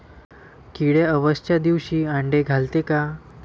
किडे अवसच्या दिवशी आंडे घालते का?